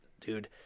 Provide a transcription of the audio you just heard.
dude